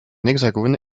hexagone